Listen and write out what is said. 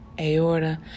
aorta